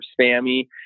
spammy